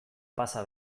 pasa